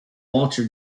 walter